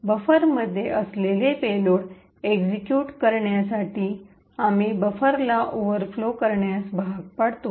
बफरमध्ये असलेला payload execute करण्यासाठी आम्ही बफरला ओव्हरफ्लो करण्यास भाग पाडतो